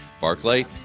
Barclay